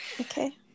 Okay